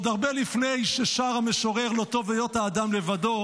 עוד הרבה לפני ששר המשורר לא טוב היות האדם לבדו